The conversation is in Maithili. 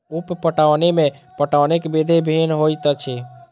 उप पटौनी मे पटौनीक विधि भिन्न होइत अछि